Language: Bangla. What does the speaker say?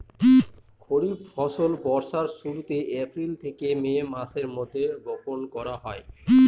খরিফ ফসল বর্ষার শুরুতে, এপ্রিল থেকে মে মাসের মধ্যে, বপন করা হয়